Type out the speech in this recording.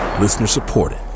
Listener-supported